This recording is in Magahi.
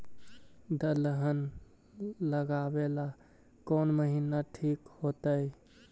दलहन लगाबेला कौन महिना ठिक होतइ?